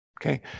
Okay